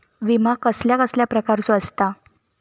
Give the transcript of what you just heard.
विमा कसल्या कसल्या प्रकारचो असता?